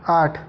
आठ